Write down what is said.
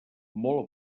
molt